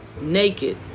naked